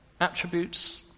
attributes